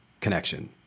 connection